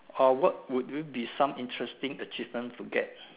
or what would you be some interesting achievement to get